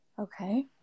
Okay